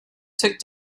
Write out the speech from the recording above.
took